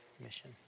mission